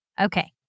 Okay